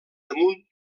damunt